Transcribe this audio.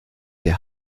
der